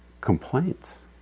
complaints